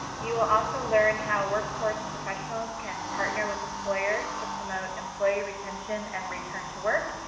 you will also learn how workforce professionals can partner with employers to promote employee retention and return to work.